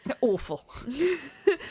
awful